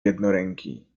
jednoręki